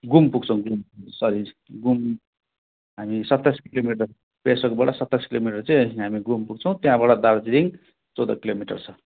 घुम पुग्छौँ घुम सरी घुम हामी सत्ताइस किलोमिटर पेसोकबाट सत्ताइस किलोमिटर चाहिँ हामी घुम पुग्छौँ त्यहाँबाट दार्जिलिङ चौध किलोमिटर छ